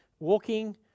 Walking